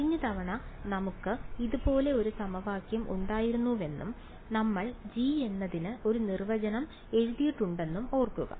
കഴിഞ്ഞ തവണ ഞങ്ങൾക്ക് ഇതുപോലെ ഒരു സമവാക്യം ഉണ്ടായിരുന്നുവെന്നും ഞങ്ങൾ g എന്നതിന് ഒരു നിർവചനം എഴുതിയിട്ടുണ്ടെന്നും ഓർക്കുക